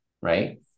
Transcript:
right